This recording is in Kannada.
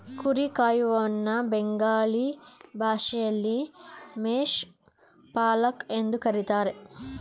ಕುರಿ ಕಾಯುವನನ್ನ ಬೆಂಗಾಲಿ ಭಾಷೆಯಲ್ಲಿ ಮೇಷ ಪಾಲಕ್ ಎಂದು ಕರಿತಾರೆ